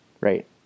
Right